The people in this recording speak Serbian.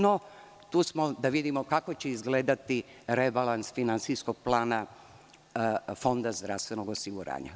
No, tu smo da vidimo kako će izgledati rebalans finansijskog plana Fonda zdravstvenog osiguranja.